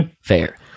Fair